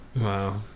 Wow